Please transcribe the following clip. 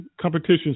competition